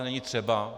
Není třeba.